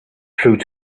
through